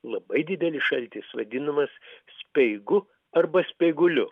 labai didelis šaltis vadinamas speigu arba speiguliu